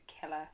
killer